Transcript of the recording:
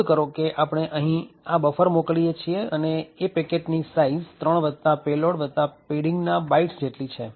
નોંધ કરો કે આપણે અહીં આ બફર મોકલીએ છીએ અને એ પેકેટ ની સાઈઝ ત્રણ પેલોડ પેડીંગ ના બાઈટ્સ જેટલી છે